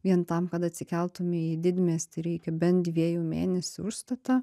vien tam kad atsikeltum į didmiestį reikia bent dviejų mėnesių užstatą